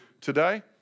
Today